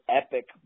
epic